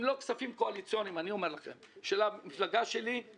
אם לא כספים קואליציוניים של המפלגה שלי אני